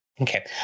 Okay